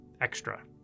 extra